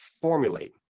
formulate